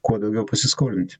kuo daugiau pasiskolinti